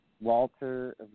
Walter